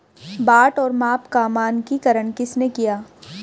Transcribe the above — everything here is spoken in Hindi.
बाट और माप का मानकीकरण किसने किया?